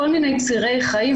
בכל מיני צירי חיים.